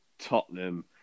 Tottenham